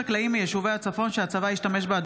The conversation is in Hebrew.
התשפ"ד 2024,